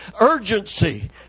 urgency